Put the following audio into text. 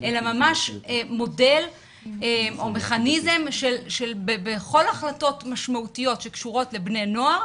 אלא ממש מודל או מכניזם שבכל החלטות משמעותיות שקשורות לבני נוער,